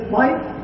life